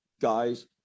guys